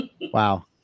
Wow